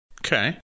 Okay